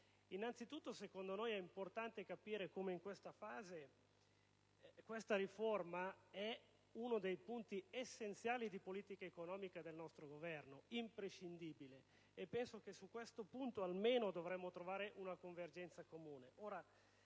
Innanzitutto, secondo noi è importante capire come in questa fase questa riforma costituisca uno dei punti essenziali della politica economica del nostro Governo, un punto imprescindibile, e penso che su questo almeno dovremmo trovare una comune